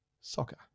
soccer